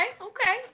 okay